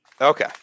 Okay